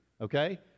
okay